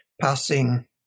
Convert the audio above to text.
passing